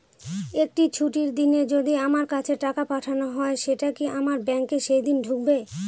একটি ছুটির দিনে যদি আমার কাছে টাকা পাঠানো হয় সেটা কি আমার ব্যাংকে সেইদিন ঢুকবে?